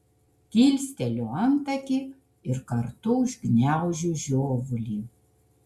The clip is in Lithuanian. kilsteliu antakį ir kartu užgniaužiu žiovulį